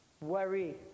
worry